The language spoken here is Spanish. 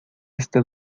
este